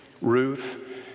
Ruth